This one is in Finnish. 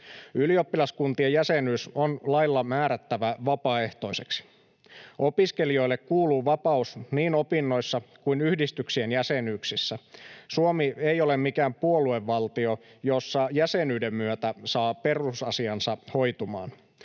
Ylioppilaskuntien jäsenyys on lailla määrättävä vapaaehtoiseksi. Opiskelijoille kuuluu vapaus niin opinnoissa kuin yhdistyksien jäsenyyksissä. Suomi ei ole mikään puoluevaltio, jossa jäsenyyden myötä saa perusasiansa hoitumaan.